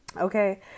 okay